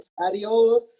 Adios